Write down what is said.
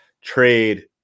trade